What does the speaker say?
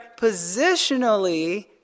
positionally